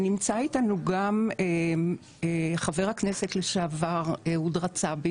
נמצא אתנו ב-זום גם חבר הכנסת לשעבר אהוד רצאבי